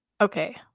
Okay